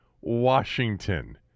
Washington